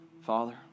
Father